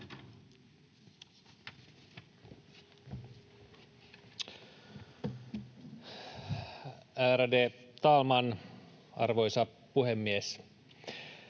Ärade talman, arvoisa puhemies!